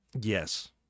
yes